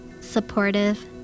supportive